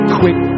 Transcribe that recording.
quick